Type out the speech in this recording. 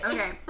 Okay